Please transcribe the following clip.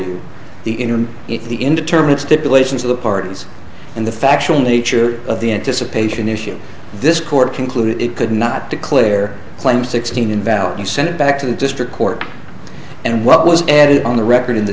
before the in the indeterminate stipulations of the parties in the factual nature of the anticipation issue this court concluded it could not declare claim sixteen invalid you sent it back to the district court and what was added on the record in the